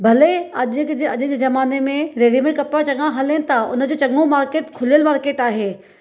भले अॼु जे अॼु जे ज़माने में रेडीमेड कपिड़ा चंङा हलेनि था हुनजो चङो मार्केट खुलियल मार्केट आहे